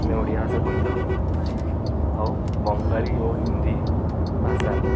ଆମେ ଓଡ଼ିଆ ଭାଷା କହିଥାଉ ଆଉ ବଙ୍ଗାଳୀ ଓ ହିନ୍ଦୀ ଭାଷା